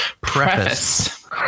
preface